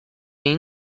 این